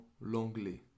l'anglais